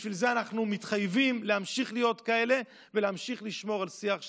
בשביל זה אנחנו מתחייבים להיות כאלה ולהמשיך לשמור על שיח שמאחד.